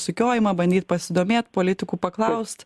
sukiojimą bandyt pasidomėt politikų paklaust